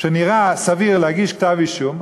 שנראה סביר להגיש בגללה כתב-אישום.